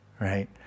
right